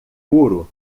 puro